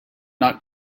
not